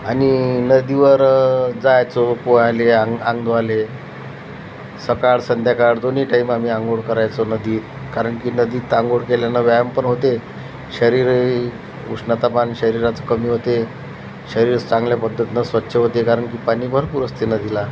आणि नदीवर जायचो पोहायला अंग अंग धुवायला सकाळ संध्याकाळ दोन्ही टाईम आम्ही आंघोळ करायचो नदीत कारण की नदीत आंघोळ केल्यानं व्यायाम पण होते शरीरही उष्णतामान शरीराचं कमी होते शरीरच चांगल्या पद्धतीनं स्वच्छ होते कारण की पाणी भरपूर असते नदीला